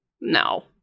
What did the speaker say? No